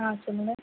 ஆ சொல்லுங்கள்